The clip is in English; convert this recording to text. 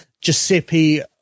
Giuseppe